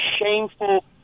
shameful